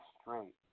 straight